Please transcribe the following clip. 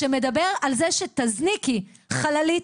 שמדבר על זה שתזניקי חללית,